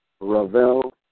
Ravel